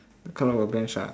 the colour of a bench ah